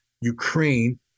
Ukraine